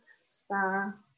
star